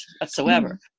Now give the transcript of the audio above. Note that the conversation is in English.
whatsoever